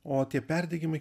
o tie perdegimai